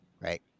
Right